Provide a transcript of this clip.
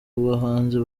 bahanzi